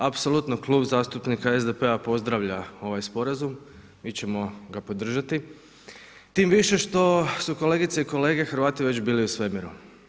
Apsolutno Klub zastupnika SDP-a pozdravlja ovaj sporazum, mi ćemo ga podržati tim više što su kolegice i kolege Hrvati već bili u svemiru.